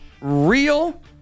real